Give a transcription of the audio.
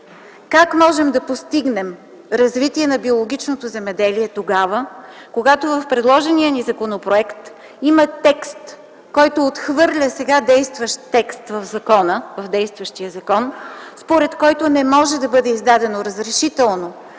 Как можем да постигнем развитие на биологичното земеделие тогава, когато в предложения ни законопроект има текст, който отхвърля сега действащ текст в действащия закон, според който не може да бъде издадено разрешително